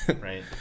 right